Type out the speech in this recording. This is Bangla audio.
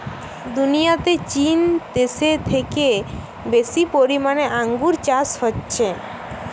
দুনিয়াতে চীন দেশে থেকে বেশি পরিমাণে আঙ্গুর চাষ হচ্ছে